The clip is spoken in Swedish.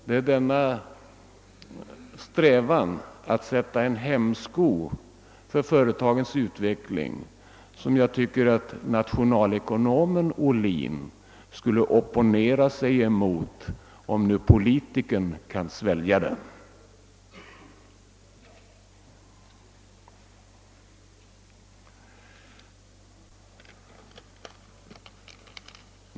Det är denna strävan att sätta en hämsko på företagens utveckling som jag tycker att nationalekonomen Ohlin skulle opponera sig mot, om nu politikern kan svälja det.